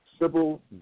civil